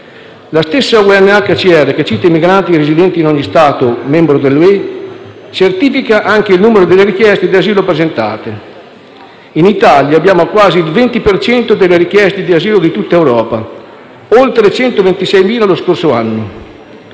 La stessa UNHCR, che cita i migranti residenti in ogni Stato membro dell'Unione europea, certifica anche il numero delle richieste di asilo presentate: in Italia abbiamo quasi il 20 per cento delle richieste di asilo di tutta Europa, oltre 126.000 lo scorso anno.